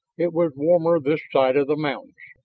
it was warmer this side of the mountains,